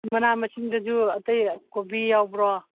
ꯃꯅꯥ ꯃꯁꯤꯡꯗꯁꯨ ꯑꯇꯩ ꯀꯣꯕꯤ ꯌꯥꯎꯕ꯭ꯔꯣ